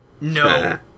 No